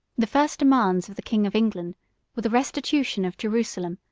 the first demands of the king of england were the restitution of jerusalem,